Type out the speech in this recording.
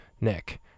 Nick